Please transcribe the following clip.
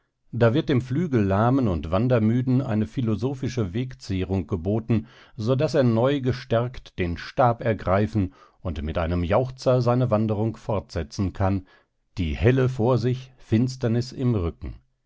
da wird dem flügellahmen und wandermüden eine philosophische wegzehrung geboten so daß er neu gestärkt den stab ergreifen und mit einem jauchzer seine wanderung fortsetzen kann die helle vor sich finsternis im rücken